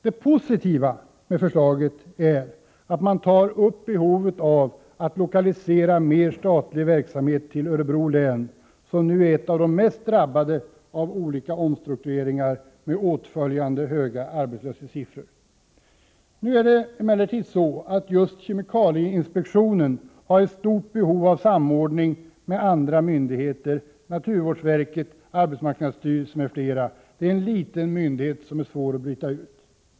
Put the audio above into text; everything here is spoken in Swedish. Det positiva med förslaget är att centern tar upp behovet att lokalisera mer statlig verksamhet till Örebro län, som nu är ett av de län som mest har drabbats av olika omstruktureringar med åtföljande höga arbetslöshetssiffror. Just kemikalieinspektionen har emellertid ett stort behov av samordning med andra myndigheter, som naturvårdsverket, arbetsmarknadsstyrelsen m.fl., och det är en liten myndighet som är svår att bryta ut.